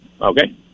Okay